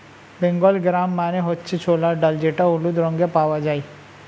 Bengal gram মানে হচ্ছে ছোলার ডাল যেটা হলুদ রঙে পাওয়া যায়